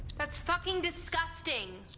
that's fucking disgusting.